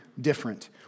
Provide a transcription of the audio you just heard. different